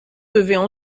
devaient